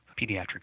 pediatric